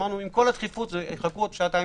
אמרנו שעם כל הדחיפות, יחכו עוד שעתיים-שלוש.